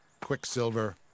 Quicksilver